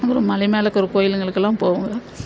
அப்பறம் மலை மேல் இருக்கிற கோயிலுங்களுக்கெல்லாம் போவோம்